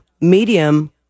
medium